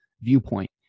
viewpoint